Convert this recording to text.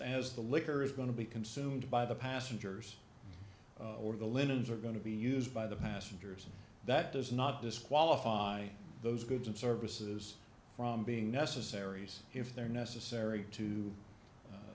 as the liquor is going to be consumed by the passengers or the linens are going to be used by the passengers and that does not disqualify those goods and services from being necessaries if they're necessary to